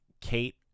Kate